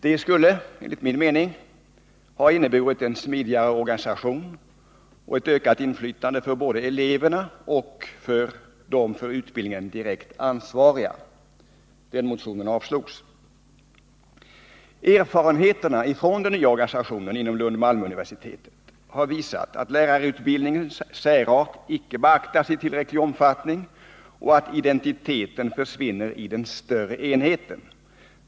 Det skulle enligt min mening ha inneburit en smidigare organisation och ett ökat inflytande för både eleverna och de för utbildningen direkt ansvariga. Den motionen avslogs. Erfarenheterna av den nya organisationen vid Lund-Malmö-universitetet har visat att lärarutbildningens särart inte beaktas i tillräcklig omfattning och att identiteten försvinner i en större enhet.